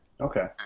Okay